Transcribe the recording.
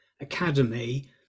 Academy